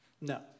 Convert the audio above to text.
No